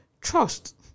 Trust